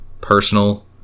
personal